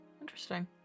interesting